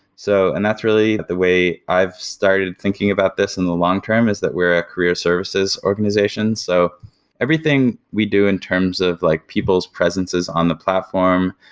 so and that's really the way i've started thinking about this in the long-term is that we're a career services organizations. so everything we do in terms of like people's presences on the platform,